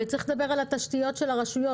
צריך לדבר גם על התשתיות של הרשויות,